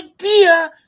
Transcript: idea